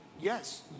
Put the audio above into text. yes